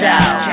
out